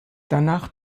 danach